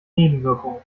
nebenwirkungen